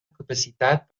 capacitat